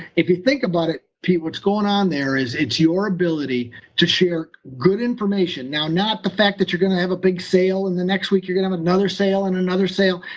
if you think about it, pete, what's going on there is it's your ability to share good information. now, not the fact that you're going to have a big sale and the next week you're going to have another sale, and another sale.